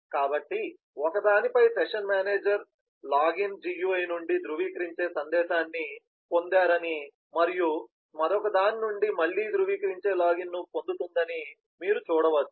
కాబట్టి ఒకదానిపై session manager login GUI నుండి ధృవీకరించే సందేశాన్ని పొందారని మరియు మరొకటి దాని నుండి మళ్ళీ ధృవీకరించే లాగిన్ను పొందుతుందని మీరు చూడవచ్చు